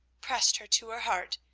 pressed her to her heart,